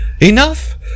Enough